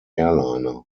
airliner